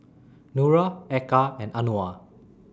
Nura Eka and Anuar